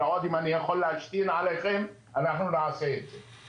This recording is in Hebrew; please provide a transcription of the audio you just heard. ועוד אם אני יכול להשתין עליכם אנחנו נעשה את זה.